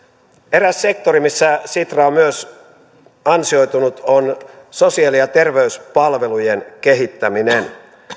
eräs sektori missä sitra on myös ansioitunut on sosiaali ja terveyspalvelujen kehittäminen